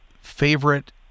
favorite